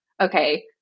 okay